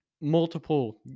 multiple